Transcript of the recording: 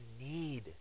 need